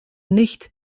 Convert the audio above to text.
nicht